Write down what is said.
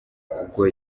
ubwo